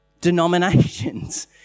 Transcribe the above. denominations